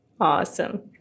Awesome